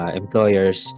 employers